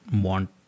want